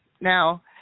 now